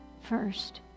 first